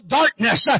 darkness